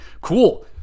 cool